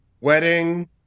wedding